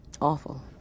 awful